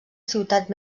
ciutat